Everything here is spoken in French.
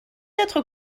être